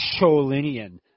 Cholinian